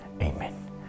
Amen